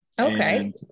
Okay